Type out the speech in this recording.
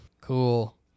Cool